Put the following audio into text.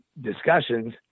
discussions